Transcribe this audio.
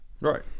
Right